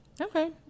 Okay